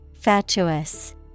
fatuous